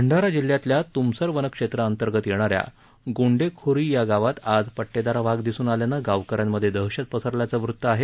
भंडारा जिल्ह्यातल्या तुमसर वनक्षेत्रांतर्गत येणाऱ्या गोंडेखोरी या गावात आज पट्टेदार वाघ दिसुन आल्यानं गावकऱ्यांमध्ये दहशत पसरल्याचं वृत्त आहे